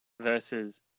versus